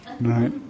right